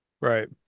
Right